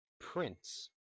Prince